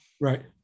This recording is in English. right